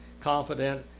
confident